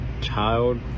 child